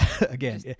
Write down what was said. Again